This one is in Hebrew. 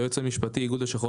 היועץ המשפטי איגוד לשכות